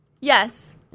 yes